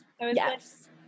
Yes